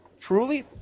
Truly